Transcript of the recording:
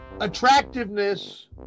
attractiveness